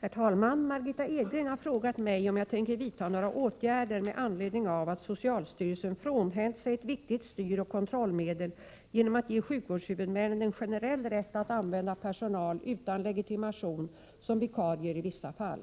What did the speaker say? Herr talman! Margitta Edgren har frågat mig om jag tänker vidta några åtgärder med anledning av att socialstyrelsen frånhänt sig ett viktigt styroch kontrollmedel genom att ge sjukvårdshuvudmännen en generell rätt att använda personal utan legitimation som vikarier i vissa fall.